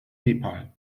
nepal